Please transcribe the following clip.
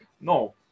No